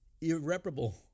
irreparable